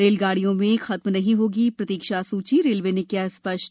rail गाड़ियों में खत्म नहीं होगी प्रतीक्षा सूची रेलवे ने किया स्पष्ट